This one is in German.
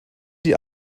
die